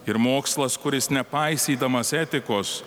ir mokslas kuris nepaisydamas etikos